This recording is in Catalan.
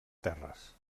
terres